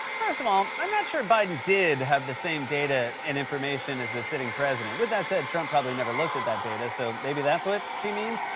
first of all, i'm not sure biden did have the same data and information as the sitting president. with that said, trump probably never looked at that data, so, maybe that's what she means?